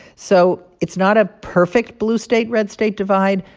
so it's not a perfect blue-state-red-state divide.